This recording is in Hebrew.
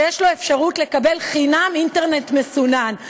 שיש לו אפשרות לקבל חינם אינטרנט מסונן.